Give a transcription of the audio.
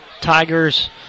Tigers